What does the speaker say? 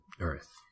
earth